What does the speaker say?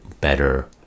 better